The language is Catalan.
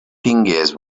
tingués